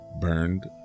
burned